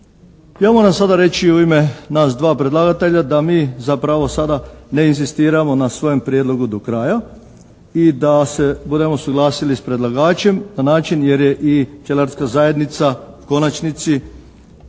Ja moram sada reći u ime nas dva predlagatelja da mi zapravo sada ne inzistiramo na svojem prijedlogu do kraja i da se budemo suglasili s predlagačem na način jer je i pčelarska zajednica u konačnici